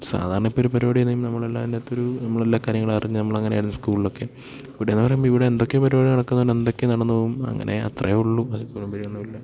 സാധാരണ ഇപ്പം ഒരു പരിപാടി എന്തേലും നമ്മളെല്ലാ അതിൻ്റെ അകത്തൊരു നമ്മളെല്ലാ കാര്യങ്ങളും അറിഞ്ഞ് നമ്മളങ്ങനെയായിരുന്നു സ്കൂൾലൊക്ക ഇവിടേന്ന് പറയുമ്പോൾ ഇവിടെ എന്തൊക്കെ പരിപാടി നടക്കുന്നത് എന്തൊക്കെയോ നടന്ന് പോവും അങ്ങനെ അത്രേ ഉള്ളൂ അതുപോലെ വേറൊന്നും ഇല്ല